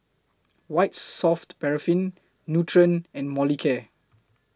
White Soft Paraffin Nutren and Molicare